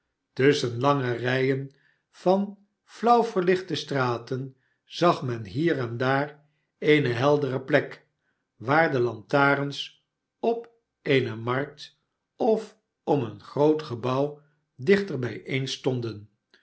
tusschen lange rijen van flauw verlichte straten zag men hier en daar eene helderder plek waar de lantarens op eene markt of om een groot gebouw dichter bijeenstonden